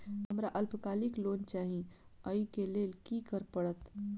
हमरा अल्पकालिक लोन चाहि अई केँ लेल की करऽ पड़त?